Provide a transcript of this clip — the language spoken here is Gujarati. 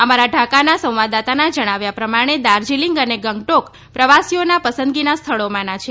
અમારા ઢાકાના સંવાદદાતાના જણાવ્યા પ્રમાણે દાર્જીલીંગ અને ગંગટોક પ્રવાસીઓના પસંદગીના સ્થળોમાંના છે